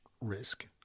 risk